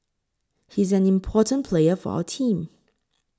he's an important player for our team